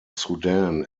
sudan